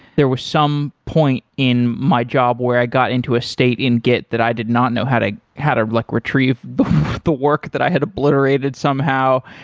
there was some point in my job where i got into a state in git that i did not know how to ah like retrieve the work that i had obliterated somehow,